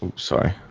um sorry